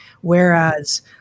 whereas